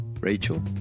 Rachel